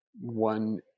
One